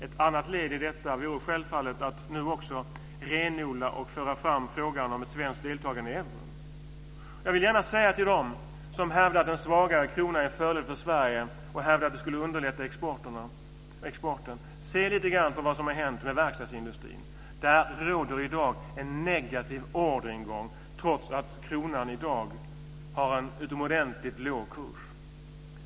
Ett annan led i detta vore att nu också renodla och föra fram frågan om ett svenskt deltagande i eurosamarbetet. Till dem som hävdar att en svagare krona är till fördel för Sverige och underlättar exporten vill jag gärna säga: Se lite grann på vad som har hänt med verkstadsindustrin! Där råder i dag en negativ orderingång, trots att kronan i dag har en utomordentligt låg kurs.